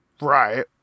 Right